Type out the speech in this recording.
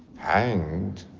hanged.